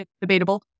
debatable